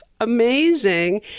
Amazing